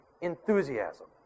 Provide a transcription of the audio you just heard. enthusiasm